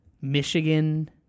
Michigan